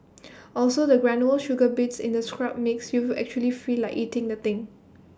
also the granular sugar bits in the scrub makes you actually feel like eating the thing